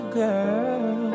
girl